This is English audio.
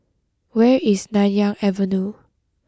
where is Nanyang Avenue